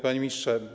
Panie Ministrze!